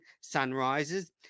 sunrises